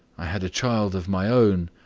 i had a child of my own,